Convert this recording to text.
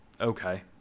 Okay